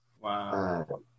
Wow